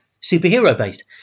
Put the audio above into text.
superhero-based